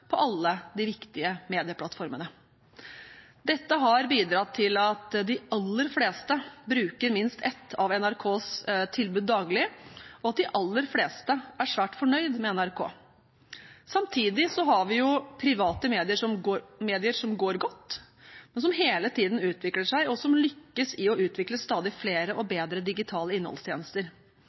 på alle de viktige medieplattformene. Dette har bidratt til at de aller fleste bruker minst ett av NRKs tilbud daglig, og at de aller fleste er svært fornøyd med NRK. Samtidig har vi private medier som går godt, men som hele tiden utvikler seg, og som lykkes i å utvikle stadig flere og bedre digitale innholdstjenester.